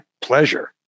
pleasure